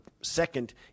second